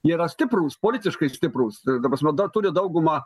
yra stiprūs politiškai stiprūs ir ta prasme dar turi daugumą